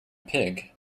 pig